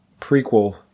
prequel